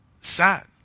Sad